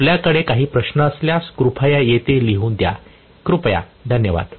आपल्याकडे काही प्रश्न असल्यास कृपया येथे लिहून द्या कृपया धन्यवाद